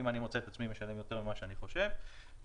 אני מוצא את עצמי משלם יותר ממה שאני חושב וכולי.